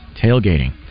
tailgating